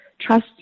trust